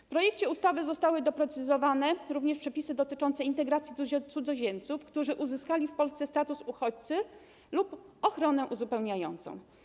W projekcie ustawy zostały doprecyzowane również przepisy dotyczące integracji cudzoziemców, którzy uzyskali w Polsce status uchodźcy lub ochronę uzupełniającą.